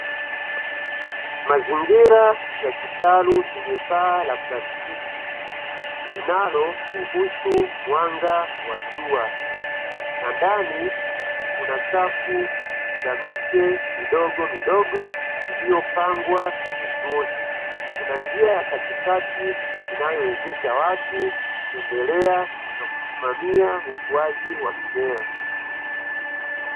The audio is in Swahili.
Mazingira ya kitalu chenye paa la plastiki, linaloruhusu mwanga wa jua na ndani kuna safu za miche midogomidogo iliyopangwa vizuri. Kuna njia ya katikati inayowezesha watu kutembelea na kusimamia ukuaji wa mimea.